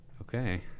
okay